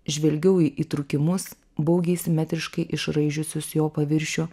žvelgiau į įtrūkimus baugiai simetriškai išraižiusius jo paviršių